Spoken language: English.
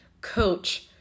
coach